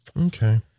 Okay